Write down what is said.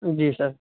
جی سر